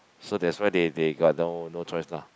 so that's why they they got no no choice lah